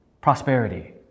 prosperity